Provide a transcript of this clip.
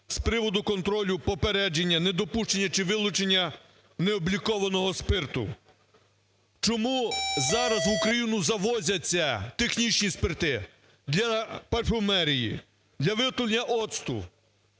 з приводу контролю, попередження, недопущення чи вилученнянеоблікованого спирту. Чому зараз в Україну завозяться технічні спирти для парфумерії, для виготовлення оцту?